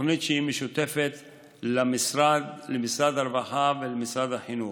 תוכנית שמשותפת למשרד הרווחה ולמשרד החינוך.